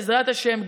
בעזרת השם,